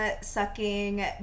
sucking